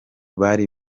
bari